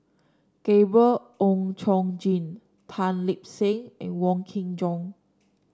Gabriel Oon Chong Jin Tan Lip Seng and Wong Kin Jong